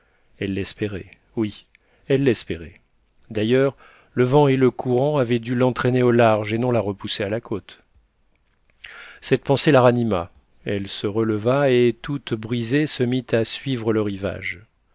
elle l'espérait oui elle l'espérait d'ailleurs le vent et le courant avaient dû l'entraîner au large et non la repousser à la côte cette pensée la ranima elle se releva et toute brisée se mit à suivre le rivage